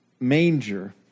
manger